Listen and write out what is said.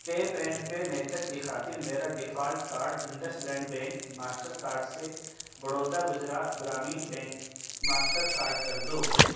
tape and pay method کی خاطر میرا default card IndusInd Bank Mastercard سے Baroda Gujarat Gramin Bank Mastercard کر دو